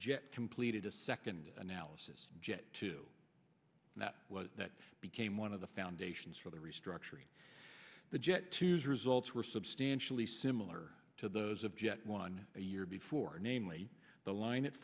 jet completed a second analysis jet to that was that became one of the foundations for the restructuring the jet to use results were substantially similar to those of jet one a year before namely the line at